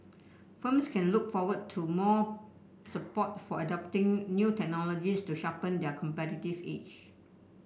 firms can look forward to more support for adopting new technologies to sharpen their competitive edge